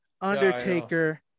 Undertaker